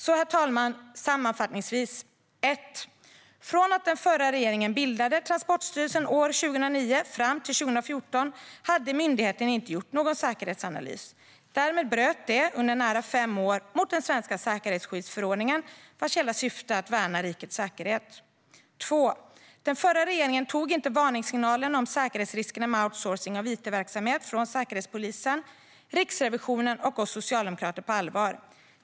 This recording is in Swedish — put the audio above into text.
Herr talman! Sammanfattningsvis är det så här: Från att den förra regeringen bildade Transportstyrelsen år 2009 och fram till 2014 hade myndigheten inte gjort någon säkerhetsanalys. Därmed bröt de under nära fem år mot den svenska säkerhetsskyddsförordningen, vars enda syfte är att värna rikets säkerhet. Den förra regeringen tog inte varningssignalerna om säkerhetsriskerna med outsourcing av it-verksamhet från Säkerhetspolisen, Riksrevisionen och oss socialdemokrater på allvar.